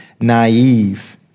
naive